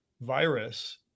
virus